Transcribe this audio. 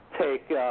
take